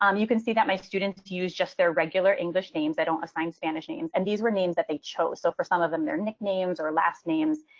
um you can see that my students use just their regular english names. they don't assign spanish names. and these were names that they chose. so for some of them, their nicknames or last names.